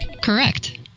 Correct